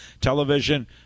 television